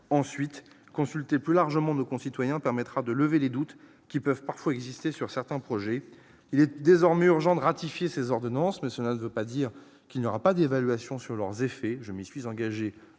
ensuite consulter plus largement nos concitoyens permettra de lever les doutes qui peuvent parfois exister sur certains projets, il est désormais urgent de ratifier ces ordonnances nationale veut pas dire qu'il n'y aura pas d'évaluation sur leurs effets, je me suis engagé